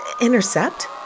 Intercept